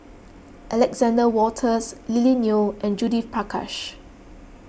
Alexander Wolters Lily Neo and Judith Prakash